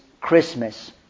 Christmas